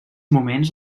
moments